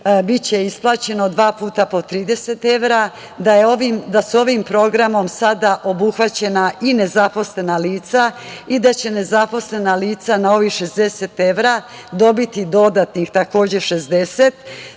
biće isplaćeno dva puta po 30 evra, da su ovim programom sada obuhvaćena i nezaposlena lica i da će nezaposlena lica na ovih 60 evra dobiti dodatnih takođe 60, da